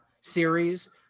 series